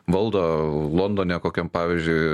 valdo londone kokiam pavyzdžiui